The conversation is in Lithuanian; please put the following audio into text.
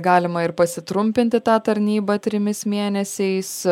galima ir pasitrumpinti tą tarnybą trimis mėnesiais